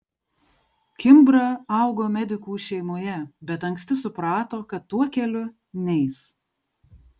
kimbra augo medikų šeimoje bet anksti suprato kad tuo keliu neis